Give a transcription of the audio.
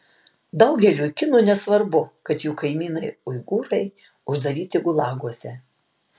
daugeliui kinų nesvarbu kad jų kaimynai uigūrai uždaryti gulaguose